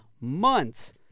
months